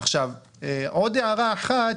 עוד הערה אחת,